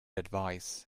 advice